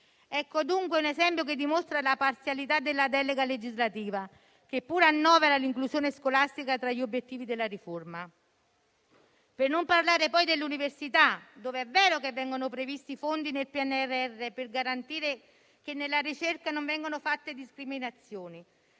Ecco dunque un esempio che dimostra la parzialità della delega legislativa, che pure annovera l'inclusione scolastica tra gli obiettivi della riforma. Non parlo poi dell'università. Se è vero che vengono previsti fondi nel PNRR per garantire che nella ricerca non siano fatte discriminazioni,